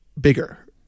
bigger